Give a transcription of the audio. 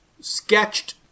sketched